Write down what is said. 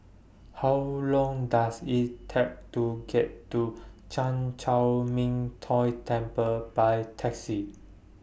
How Long Does IT Take to get to Chan Chor Min Tong Temple By Taxi